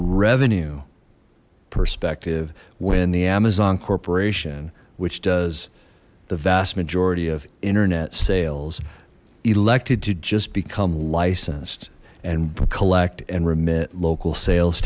revenue perspective when the amazon corporation which does the vast majority of internet sales elected to just become licensed and collect and remit local sales